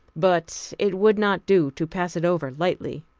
but it would not do to pass it over lightly.